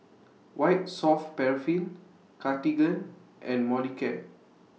White Soft Paraffin Cartigain and Molicare